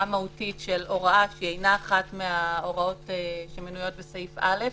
מהותית של הוראה שהינה אחת מההוראות שמנויות בסעיף (א)